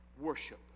worship